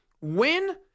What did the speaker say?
Win